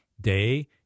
day